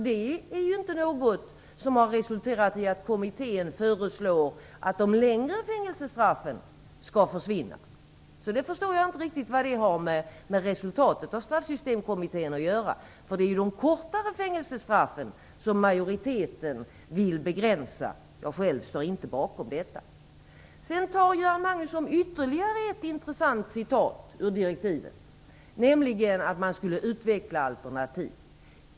Det är ju inte något som har resulterat i att kommittén föreslår att de längre fängelsestraffen skall försvinna. Jag förstår inte riktigt vad det har med Straffsystemkommitténs resultat att göra. Det är ju de kortare fängelsestraffen som majoriteten vill begränsa. Jag själv står inte bakom detta. Sedan läser Göran Magnusson upp ytterligare ett intressant citat ur direktiven, nämligen att man skulle utveckla alternativ.